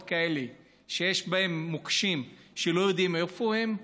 כאלה שיש בהם מוקשים שלא יודעים איפה הם?